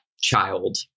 child